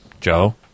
Joe